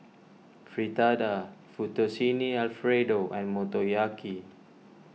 Fritada Fettuccine Alfredo and Motoyaki